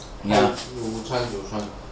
got chance got chance